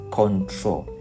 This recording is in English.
control